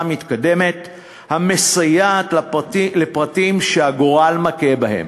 מתקדמת המסייעת לפרטים שהגורל מכה בהם,